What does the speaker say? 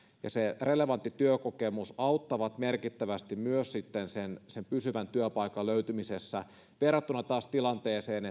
ja se relevantti työkokemus auttavat merkittävästi myös pysyvän työpaikan löytymisessä verrattuna tilanteeseen